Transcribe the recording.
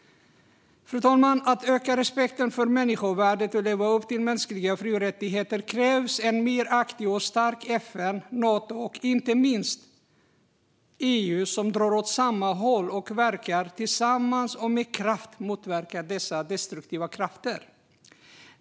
För att öka respekten för människovärdet och leva upp till mänskliga fri och rättigheter krävs ett FN, ett Nato och inte minst ett EU som är mer aktiva och starka och som drar åt samma håll och agerar tillsammans och med kraft för att motverka dessa destruktiva krafter.